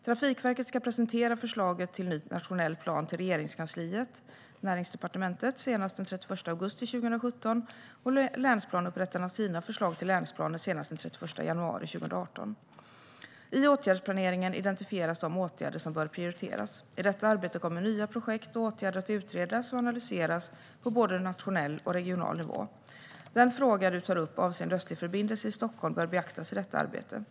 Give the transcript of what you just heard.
Trafikverket ska presentera förslaget till ny nationell plan till Regeringskansliet, Näringsdepartementet, senast den 31 augusti 2017 och länsplaneupprättarna sina förslag till länsplaner senast den 31 januari 2018. I åtgärdsplaneringen identifieras de åtgärder som bör prioriteras. I detta arbete kommer nya projekt och åtgärder att utredas och analyseras på både nationell och regional nivå. Den fråga Niklas Wykman tar upp avseende Östlig förbindelse i Stockholm bör beaktas i detta arbete.